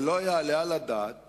לא יעלה על הדעת